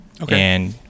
Okay